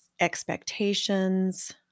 expectations